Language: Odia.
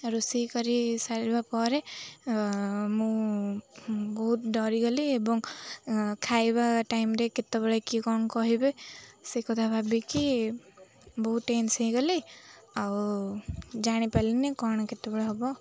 ରୋଷେଇ କରି ସାରିବା ପରେ ମୁଁ ବହୁତ ଡରିଗଲି ଏବଂ ଖାଇବା ଟାଇମ୍ରେ କେତେବେଳେ କିଏ କ'ଣ କହିବେ ସେ କଥା ଭାବିକି ବହୁତ ଟେନ୍ସ ହେଇଗଲି ଆଉ ଜାଣିପାରିଲିନି କ'ଣ କେତେବେଳେ ହବ